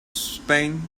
spain